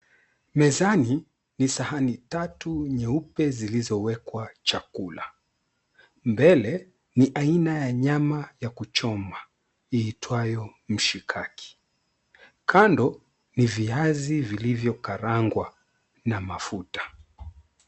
Mezani ni sahani tatu nyeupe zilizowekwa chakula. Mbele ni aina ya nyama ya kuchoma iitwayo mshikaki. Kando ni viazi vilivyo karangwa na mafuta.